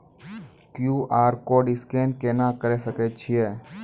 QR code scan केना करै सकय छियै?